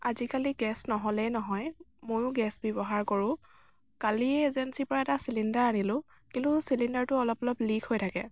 আজিকালি গেছ নহ'লেই নহয় ময়ো গেছ ব্যৱহাৰ কৰোঁ কালি এজেঞ্চিৰপৰা এটা চিলিণ্ডাৰ আনিলোঁ কিন্তু চিলিণ্ডাৰটো অলপ অলপ লিকড হৈ থাকে